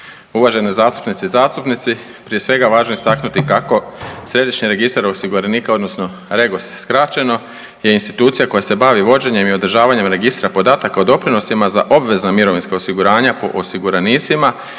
uvažene zastupnice i zastupnici. Prije svega važno je istaknuti kako Središnji registar osiguranika odnosno REGOS skraćeno je institucija koja se bavi vođenjem i održavanjem registra podataka o doprinosima za obvezna mirovinska osiguranja po osiguranicima